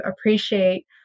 appreciate